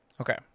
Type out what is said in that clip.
okay